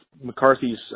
McCarthy's